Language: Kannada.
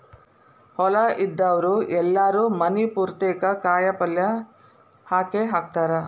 ಹೊಲಾ ಇದ್ದಾವ್ರು ಎಲ್ಲಾರೂ ಮನಿ ಪುರ್ತೇಕ ಕಾಯಪಲ್ಯ ಹಾಕೇಹಾಕತಾರ